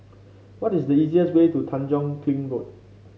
what is the easiest way to Tanjong Kling Road